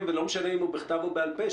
ולא משנה אם ההסכם הוא בכתב או בעל פה.